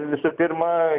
visų pirma